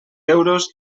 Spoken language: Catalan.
euros